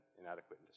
inadequate